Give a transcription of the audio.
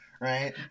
right